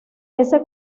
ese